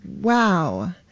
wow